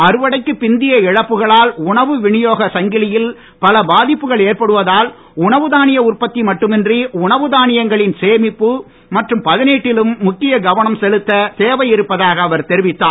அறுவடைக்கு பிந்திய இழப்புகளால் உணவு வினியோகச் சங்கிலியில் பல பாதிப்புகள் ஏற்படுவதால் உணவு தானிய உற்பத்தி மட்டுமின்றி உணவு தானியங்களின் சேமிப்பு மற்றும் பதனீட்டிலும் முக்கிய கவனம் செலுத்த தேவை இருப்பதாக அவர் தெரிவித்தார்